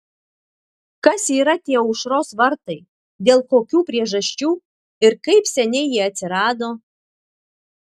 kas yra tie aušros vartai dėl kokių priežasčių ir kaip seniai jie atsirado